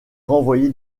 renvoyé